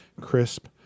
Crisp